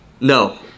No